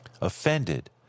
offended